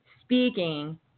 speaking